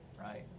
right